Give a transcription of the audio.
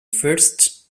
first